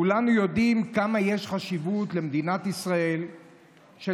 כולנו יודעים כמה חשיבות יש במדינת ישראל לכך